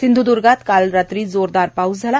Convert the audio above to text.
सिंध्दर्गात काल रात्री जोरदार पाऊस झाला